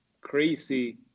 crazy